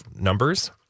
numbers